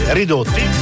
ridotti